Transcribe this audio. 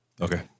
Okay